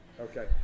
Okay